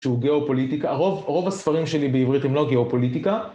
שהוא גיאופוליטיקה, רוב הספרים שלי בעברית הם לא גיאופוליטיקה.